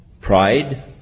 Pride